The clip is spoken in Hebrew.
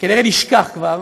שכנראה נשכח כבר,